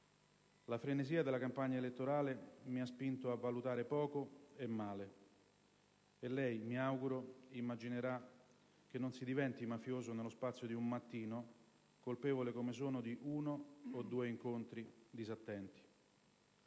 La frenesia della campagna elettorale mi ha spinto a valutare poco e male, e lei, mi auguro, immaginerà che non si diventa mafioso nello spazio di un mattino, colpevole come sono di uno o due incontri disattenti.